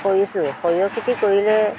কৰিছোঁ সৰিয়হ খেতি কৰিলে